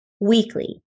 weekly